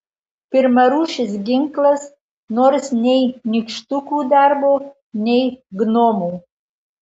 pirmarūšis ginklas nors nei nykštukų darbo nei gnomų